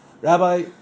Rabbi